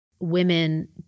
women